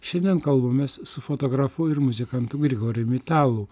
šiandien kalbamės su fotografu ir muzikantu grigorijum italu